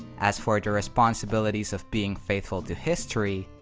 as for the responsibilities of being faithful to history,